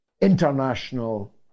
international